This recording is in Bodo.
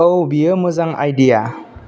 औ बियो मोजां आइदिया